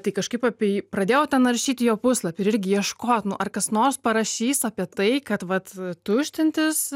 tai kažkaip apie jį pradėjau naršyti jo puslapį irgi ieškoti nu ar kas nors parašys apie tai kad vat tuštintis